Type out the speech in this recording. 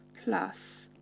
plus